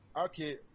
Okay